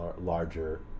larger